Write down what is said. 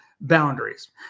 boundaries